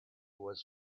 was